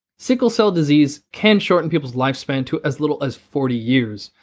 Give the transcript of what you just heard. sickle cell disease can shorten people's lifespan to as little as forty years,